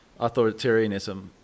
authoritarianism